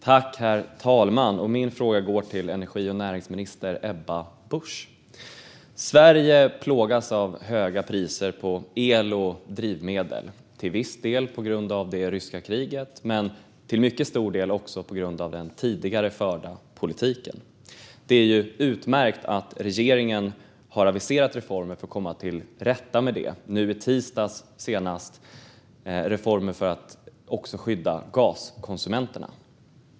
Herr talman! Min fråga går till energi och näringsminister Ebba Busch. Sverige plågas av höga priser på el och drivmedel, till viss del på grund av det ryska kriget men till mycket stor del också på grund av den tidigare förda politiken. Det är utmärkt att regeringen har aviserat reformer för att komma till rätta med det, senast i tisdags för att också skydda gaskonsumenter.